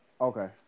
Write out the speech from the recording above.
Okay